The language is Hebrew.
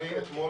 כי תמיד